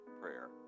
prayer